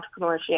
entrepreneurship